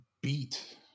beat